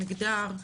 מגדר,